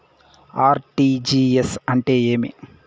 RTGS అంటే ఏమి